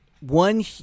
one